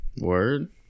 Word